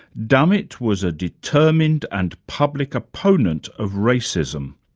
dummett was a determined and public opponent of racism.